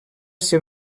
ser